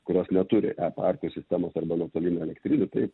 kurios neturi e parkų sistemos arba nuotolinių elektrinių taip